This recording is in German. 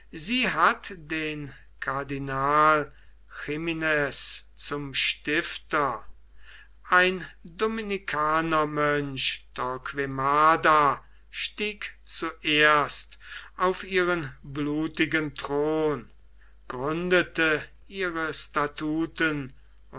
sie hat den cardinal ximenes zum stifter ein dominikanermönch torquemada stieg zuerst auf ihren blutigen thron gründete ihre statuten